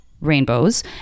rainbows